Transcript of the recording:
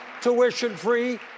tuition-free